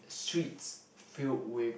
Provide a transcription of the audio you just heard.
suites filled with